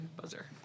buzzer